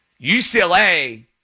UCLA